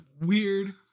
weird